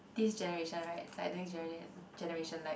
this generation right like the next generation generation like